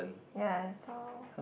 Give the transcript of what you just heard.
ya so